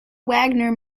wagner